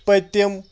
پٔتِم